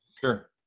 Sure